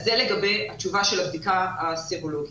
זה לגבי התשובה של הבדיקה הסרולוגית.